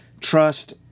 Trust